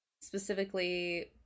specifically